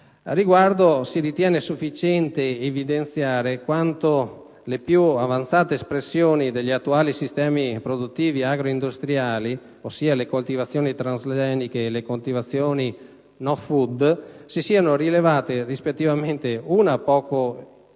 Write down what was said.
si ritiene sufficiente evidenziare quanto le più avanzate espressioni degli attuali sistemi produttivi agro-industriali, ossia le coltivazioni transgeniche e le colture *no-food*, si siano rivelate rispettivamente poco efficaci e